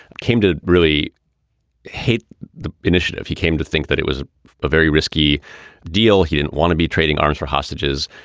came to really hate the initiative. he came to think that it was a very risky deal. he didn't want to be trading arms for hostages.